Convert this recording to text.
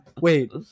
wait